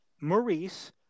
Maurice